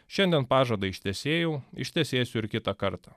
šiandien pažadą ištesėjau ištesėsiu ir kitą kartą